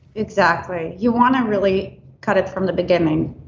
exactly. you want to really cut it from the beginning.